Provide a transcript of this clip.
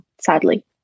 sadly